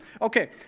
Okay